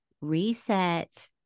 reset